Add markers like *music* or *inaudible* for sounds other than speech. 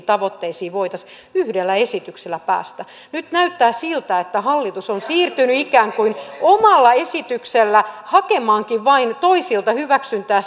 tavoitteisiin voitaisiin yhdellä esityksellä päästä nyt näyttää siltä että hallitus on siirtynyt ikään kuin omalla esityksellä hakemaankin toisilta vain hyväksyntää *unintelligible*